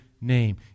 name